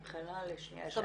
איזו קריאה זו?